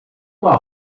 uma